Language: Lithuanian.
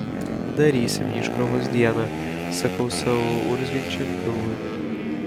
darysim iškrovos dieną sakau savo urzgiančiam pilvui